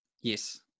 Yes